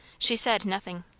she said nothing.